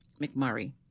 McMurray